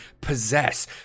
possess